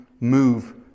move